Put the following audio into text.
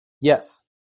Yes